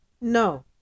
No